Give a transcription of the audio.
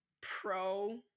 pro